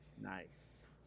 nice